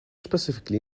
specifically